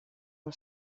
del